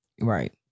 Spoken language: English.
Right